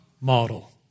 model